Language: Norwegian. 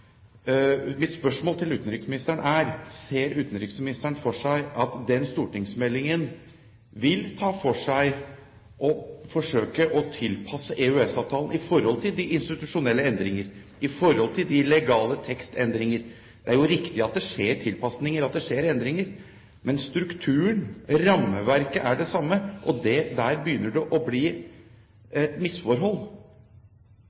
Mitt spørsmål til utenriksministeren er: Ser utenriksministeren for seg at den stortingsmeldingen vil ta for seg og forsøke å tilpasse EØS-avtalen til de institusjonelle endringene og til de legale tekstendringene? Det er jo riktig at det skjer tilpasninger, at det skjer endringer, men strukturen, rammeverket, er det samme, og der begynner det å bli